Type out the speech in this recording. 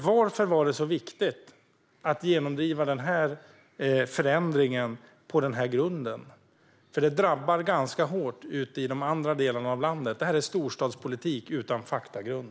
Varför var det så viktigt att genomdriva förändringen på denna grund? Detta drabbar ganska hårt ute i de andra delarna av landet. Detta är storstadspolitik utan faktagrund.